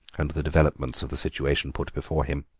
and the developments of the situation put before him.